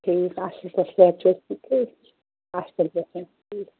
ٹھیٖک اَصٕل پٲٹھۍ صحت چھُو حظ ٹھیٖکھٕے اَصٕل پٲٹھۍ